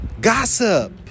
gossip